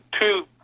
two